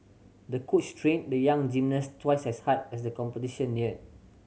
the coach trained the young gymnast twice as hard as the competition neared